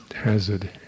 hazard